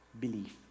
belief